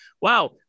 wow